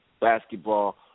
basketball